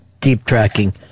deep-tracking